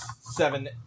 seven